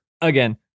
again